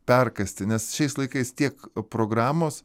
perkąsti nes šiais laikais tiek programos